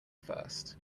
first